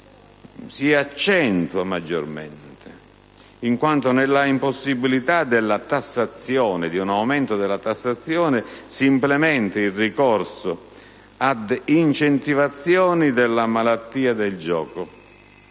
si accentui maggiormente in quanto, nella impossibilità di un aumento della tassazione, si implementa il ricorso ad incentivazioni della malattia del gioco,